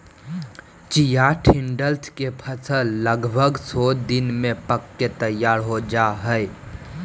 chia seeds के फसल लगभग सो दिन में पक के तैयार हो जाय हइ